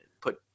put